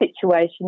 situation